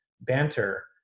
banter